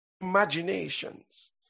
imaginations